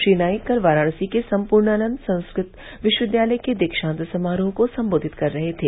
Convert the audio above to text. श्री नाईक कल वाराणसी के सम्पूर्णानन्द संस्कृत विश्वविद्यालय के दीक्षान्त समारोह को संबोधित कर रहे थे